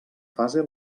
fase